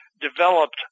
developed